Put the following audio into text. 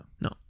No